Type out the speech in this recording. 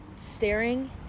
staring